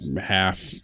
Half